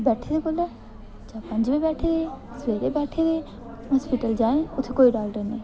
ते बैठे दे कोह्लै जां पंज बजे बैठे दे सवेरै बैठे दे हस्पिटल जाए उत्थै कोई डाक्टर निं